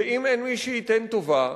ואם אין מי שייתן טובה,